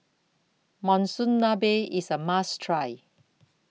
Monsunabe IS A must Try